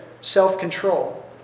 self-control